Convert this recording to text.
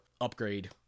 upgrade